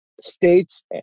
states